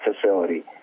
facility